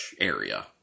area